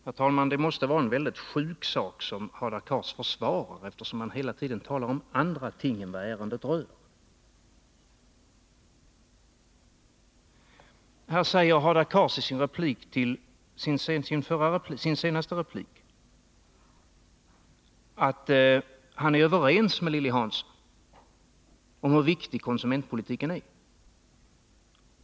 Herr talman! Det måste vara en väldigt sjuk sak som Hadar Cars försvarar, eftersom han hela tiden talar om andra ting än vad ärendet rör. Hadar Cars säger i sin senaste replik att han är överens med Lilly Hansson om hur viktig konsumentpolitiken är.